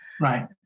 Right